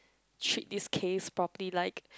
treat this case properly like